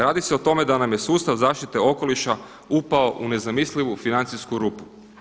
Radi se o tome da nam je sustav zaštite okoliša upao u nezamislivu financijsku rupu.